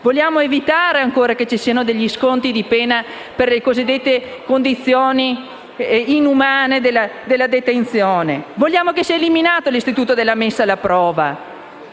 Vogliamo evitare che vi siano ancora degli sconti di pena per le cosiddette condizioni inumane della detenzione. Vogliamo sia eliminato l'istituto della messa alla prova.